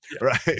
Right